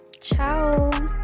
Ciao